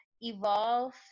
evolve